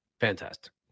Fantastic